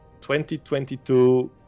2022